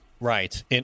right